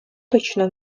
точно